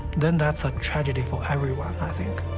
then that's a tragedy for everyone, i think.